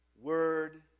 Word